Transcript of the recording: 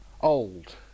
old